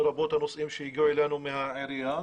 לרבות הנושאים שהגיעו אלינו מהעירייה.